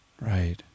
Right